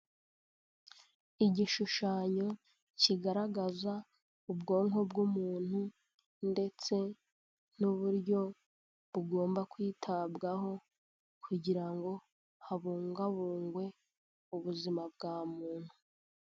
Igishushanyo kigaragaza ubwonko bw'umuntu ndetse n'uburyo bugomba kwitabwaho kugira ngo habungabungwe ubuzima bwa muntu.